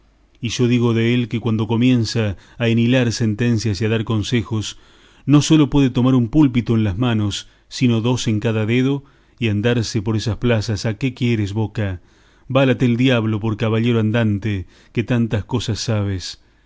y yo digo dél que cuando comienza a enhilar sentencias y a dar consejos no sólo puede tomar púlpito en las manos sino dos en cada dedo y andarse por esas plazas a qué quieres boca válate el diablo por caballero andante que tantas cosas sabes